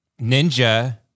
Ninja